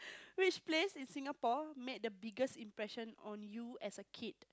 which place in Singapore made the biggest impression on you as a kid